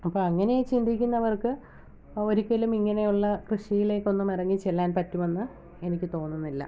അപ്പം അങ്ങനെ ചിന്തിക്കുന്നവർക്ക് ഒരിക്കലും ഇങ്ങനെ ഉള്ള കൃഷിയിലേക്ക് ഒന്നും ഇറങ്ങിച്ചെല്ലാൻ പറ്റുമെന്ന് എനിക്ക് തോന്നുന്നില്ല